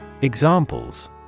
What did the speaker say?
Examples